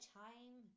time